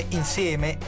insieme